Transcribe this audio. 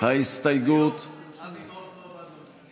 ההסתייגות לא נתקבלה.